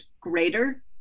greater